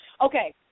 Okay